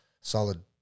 solid